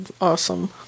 awesome